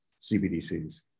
CBDCs